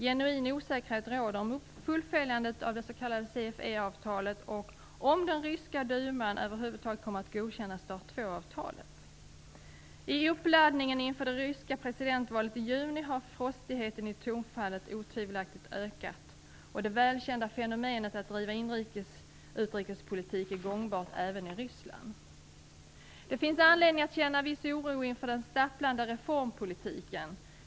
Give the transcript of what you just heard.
Genuin osäkerhet råder om fullföljandet av det s.k. CFE-avtalet och huruvida den ryska Duman över huvud taget kommer att godkänna Start 2-avtalet. I uppladdningen inför det ryska presidentvalet i juni har frostigheten i tonfallet otvivelaktigt ökat. Det välkända fenomenet att driva inrikes utrikespolitik är gångbart även i Ryssland. Det finns anledning att känna viss oro inför den stapplande reformpolitiken.